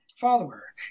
follower